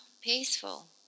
peaceful